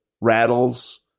rattles